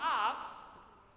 up